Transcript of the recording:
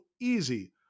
easy